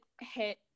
hit